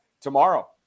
tomorrow